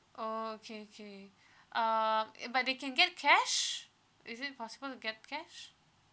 oh okay okay um it but they can get cash is it possible to get cash